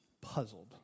puzzled